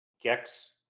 Gex